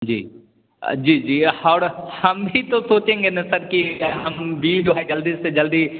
जी जी जी और हम ही तो सोचेंगे न सर कि हम भी जो हैं जल्दी से जल्दी